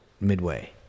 midway